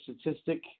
statistic